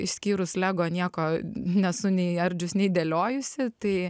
išskyrus lego nieko nesu nei ardžius nei dėliojusi tai